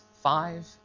five